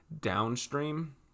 downstream